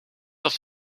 als